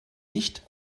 nicht